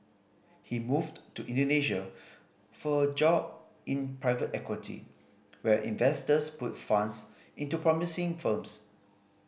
he moved to Indonesia for a job in private equity where investors put funds into promising firms